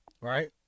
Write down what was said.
right